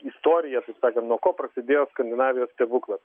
istorija taip sakant nuo ko prasidėjo skandinavijos stebuklas